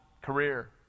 career